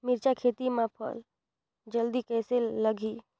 मिरचा खेती मां फल जल्दी कइसे लगही?